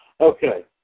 Okay